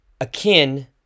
Akin